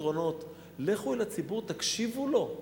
לכו אל הציבור, תקשיבו לו.